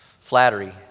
flattery